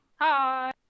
Hi